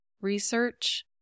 Research